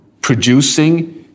producing